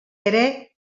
ere